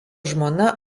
žmona